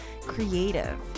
creative